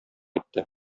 итте